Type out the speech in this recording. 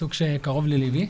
עיסוק שקרוב ללבי.